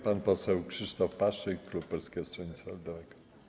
Pan poseł Krzysztof Paszyk, klub Polskie Stronnictwo Ludowe.